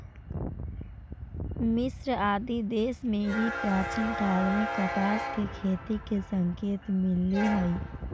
मिस्र आदि देश में भी प्राचीन काल में कपास के खेती के संकेत मिलले हई